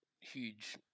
huge